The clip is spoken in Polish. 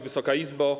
Wysoka Izbo!